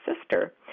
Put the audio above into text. sister